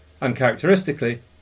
Uncharacteristically